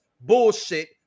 bullshit